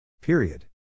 Period